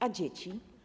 A dzieci?